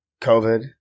COVID